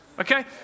Okay